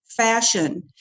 Fashion